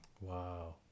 Wow